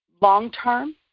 long-term